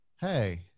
hey